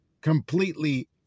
completely